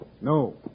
No